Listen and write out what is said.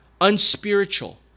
unspiritual